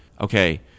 Okay